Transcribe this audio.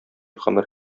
гомер